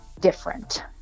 different